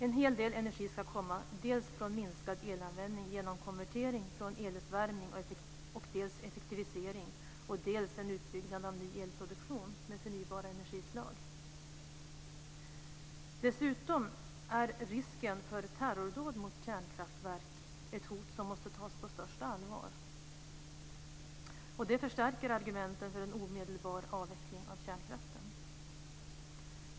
En hel del energi ska komma från minskad elanvändning genom konvertering från eluppvärmning, effektivisering och en utbyggnad av ny elproduktion med förnybara energislag. Dessutom är risken för terrordåd mot kärnkraftverk ett hot som måste tas på största allvar. Det förstärker argumenten för en omedelbar avveckling av kärnkraften.